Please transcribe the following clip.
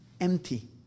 empty